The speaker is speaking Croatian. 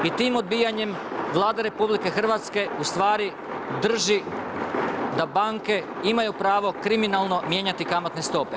I tim odbijanjem Vlada RH, ustvari drži da banke imaju pravo kriminalno mijenjati kamatne stope.